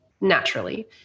naturally